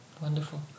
wonderful